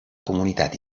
comunitat